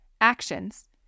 Actions